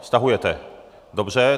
Stahujete, dobře.